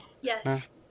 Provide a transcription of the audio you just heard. yes